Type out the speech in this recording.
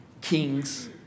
kings